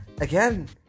again